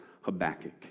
Habakkuk